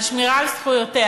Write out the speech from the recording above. על שמירה על זכויותיה,